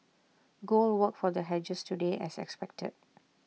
gold worked for the hedgers today as expected